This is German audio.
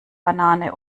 banane